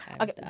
Okay